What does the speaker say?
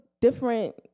different